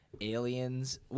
Aliens